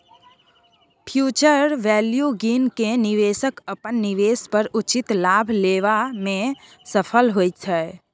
future value गिन केँ निबेशक अपन निबेश पर उचित लाभ लेबा मे सफल होइत छै